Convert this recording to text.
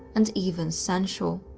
and even sensual.